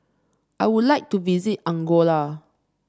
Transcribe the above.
I would like to visit Angola